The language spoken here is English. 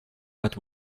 but